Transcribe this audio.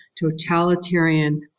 totalitarian